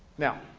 now,